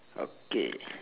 okay